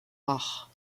rares